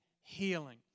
healing